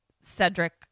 Cedric